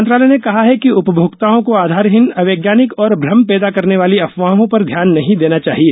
मंत्रालय ने कहा है कि उपभोक्ताओं को आधारहीन अवैज्ञानिक और भ्रम पैदा करने वाली अफवाहों पर ध्यान नहीं देना चाहिए